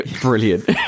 brilliant